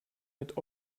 mit